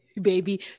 baby